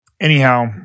Anyhow